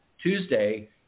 Tuesday